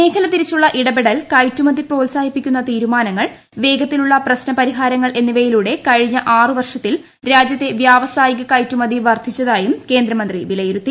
മേഖല തിരിച്ചുളള ഇടപെടൽകയറ്റുമതി പ്രോത്സാഹിപ്പിക്കുന്ന തീരുമാനങ്ങൾവേഗത്തിലുളള പ്രശ്ന പരിഹാരങ്ങൾ എന്നിവയിലൂടെ കഴിഞ്ഞ ആറ് വർഷത്തിൽ രാജ്യത്തെ വ്യാവസായിക കയറ്റുമതി വർദ്ധിച്ചതായും കേന്ദ്രമന്ത്രി പ്രഭു വിലയിരുത്തി